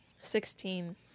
Sixteen